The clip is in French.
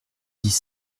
dix